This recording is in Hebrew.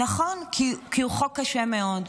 נכון, כי הוא חוק קשה מאוד.